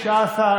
19,